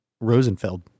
Rosenfeld